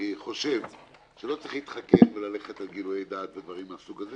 חושב שלא צריך להתחכם וללכת לגילויי דעת בדברים מהסוג הזה,